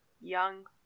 young